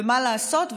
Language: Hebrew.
ומה לעשות,